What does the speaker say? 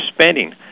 spending